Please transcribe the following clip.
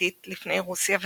הקבוצתית לפני רוסיה וסין.